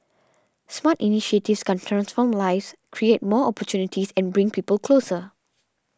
smart initiatives can transform lives create more opportunities and bring people closer